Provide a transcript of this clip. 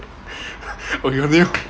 okay continue